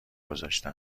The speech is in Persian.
گذاشته